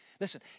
Listen